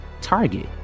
Target